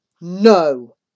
no